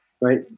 Right